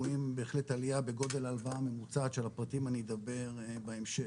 רואים בהחלט עליה בגודל הלוואה ממוצעת שעל הפרטים אני אדבר בהמשך.